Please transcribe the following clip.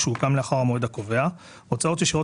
ושהוקם לאחר המועד הקובע הוצאות ישירות